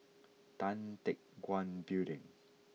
Tan Teck Guan Building